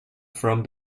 from